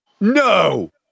No